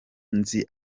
nzi